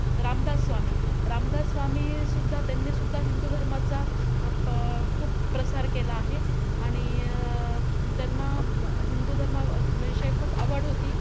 रामदास स्वामी रामदास स्वामीसुद्धा त्यांनीसुद्धा हिंदू धर्माचा पण खूप प्रसार केला आहे आणि त्यांना हिंदू धर्मा विषय खूप आवड होती